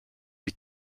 lui